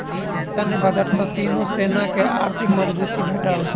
सैन्य बजट सॅ तीनो सेना के आर्थिक मजबूती भेटल